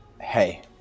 hey